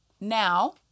now